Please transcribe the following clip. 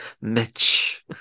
Mitch